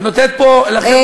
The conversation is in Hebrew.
את נותנת פה לחבר'ה מהשמאל,